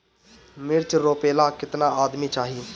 मिर्च रोपेला केतना आदमी चाही?